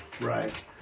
Right